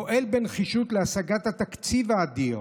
הוא פועל בנחישות להשגת התקציב האדיר